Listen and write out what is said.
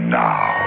now